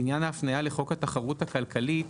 לעניין ההפניה לחוק התחרות הכלכלית,